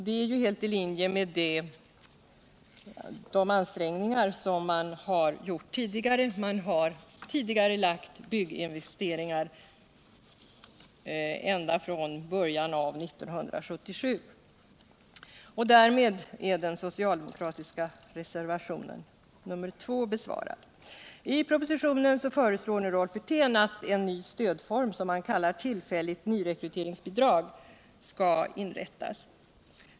Detta är helt i linje med de ansträngningar som gjorts förut. Bygginvesteringar har tidigarelagts ända sedan början av 1977. Därmed är den socialdemokratiska reservationen 2 besvarad. I propositionen föreslår nu Rolf Wirtén att en ny stödform, som han kallar tillfälligt nyrekryteringsbidrag, skall inrättas.